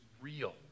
real